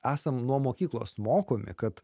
esam nuo mokyklos mokomi kad